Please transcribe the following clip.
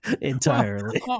entirely